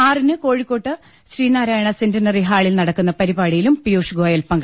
ആറിന് Kozhikode Sree Narayana centenary ഹാളിൽ നടക്കുന്ന പരിപാടിയിലും പീയുഷ് ഗോയൽ പങ്കെടുക്കും